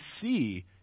see